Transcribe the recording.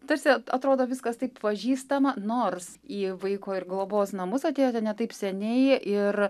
tarsi atrodo viskas taip pažįstama nors į vaiko ir globos namus atėjote ne taip seniai ir